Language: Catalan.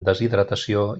deshidratació